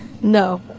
No